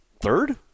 third